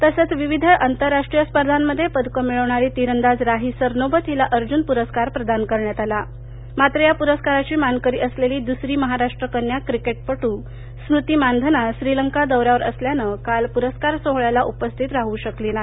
तसंच विविध आंतरराष्ट्रीय स्पर्धांमध्ये पदक मिळवणारी तिरंदाज राही सरनोबत हिला अर्जुन पुरस्कार प्रदान करण्यात आला मात्र या पुरस्कराची मानकरी असलेली दुसरी महाराष्ट्र कन्या क्रिकेटपट्र स्मृती मानधना श्रीलंका दौऱ्यावर असल्यानं काल प्रस्कार सोहळ्याला उपस्थित राह शकली नाही